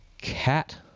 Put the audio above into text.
cat